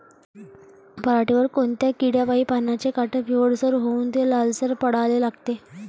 पऱ्हाटीवर कोनत्या किड्यापाई पानाचे काठं पिवळसर होऊन ते लालसर पडाले लागते?